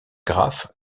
graphe